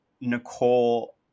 Nicole